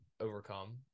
overcome